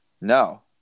No